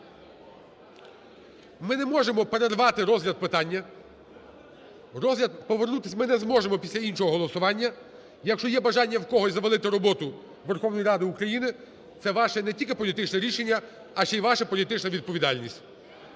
Ми не можемо перервати розгляд питання. Розгляд, повернутись ми не зможемо після іншого голосування. Якщо є бажання в когось завалити роботу Верховної Ради України, це ваше не тільки політичне рішення, а ще і ваша політична відповідальність.